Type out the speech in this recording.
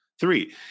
Three